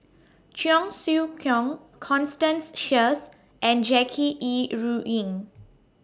Cheong Siew Keong Constance Sheares and Jackie Yi Ru Ying